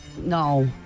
No